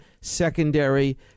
secondary